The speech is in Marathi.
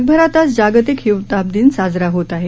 जगभरात आज जागतिक हिवताप दिन साजरा होत आहे